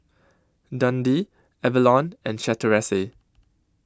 Dundee Avalon and Chateraise